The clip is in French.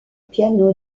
piano